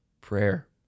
prayer